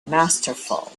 masterful